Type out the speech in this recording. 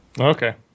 okay